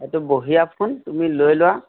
এইটো বঢ়িয়া ফোন তুমি লৈ লোৱা